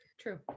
true